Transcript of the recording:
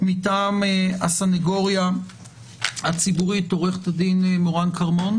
מטעם הסנגוריה הציבורית: עורכת הדין מורן כרמון